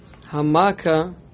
hamaka